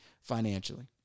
financially